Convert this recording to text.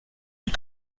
dit